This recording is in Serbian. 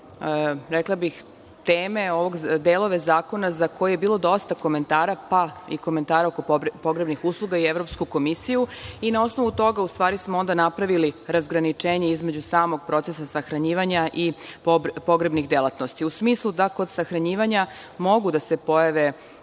rekla bih, teme, delove zakona za koje je bilo dosta komentara, pa i komentara oko pogrebnih usluga i Evropsku komisiju, i na osnovu toga smo onda napravili razgraničenje između samog procesa sahranjivanja i pogrebnih delatnosti. U smislu da kod sahranjivanja mogu da se pojave